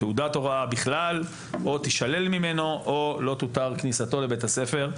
תעודת הוראה בכלל או תישלל ממנו או לא תותר כניסתו לבית הספר.